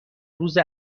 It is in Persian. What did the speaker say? روز